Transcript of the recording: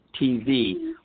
TV